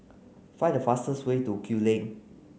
find the fastest way to Kew Lane